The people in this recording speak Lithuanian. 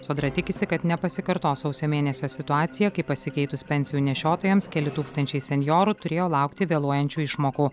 sodra tikisi kad nepasikartos sausio mėnesio situacija kai pasikeitus pensijų nešiotojams keli tūkstančiai senjorų turėjo laukti vėluojančių išmokų